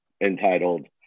entitled